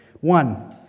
one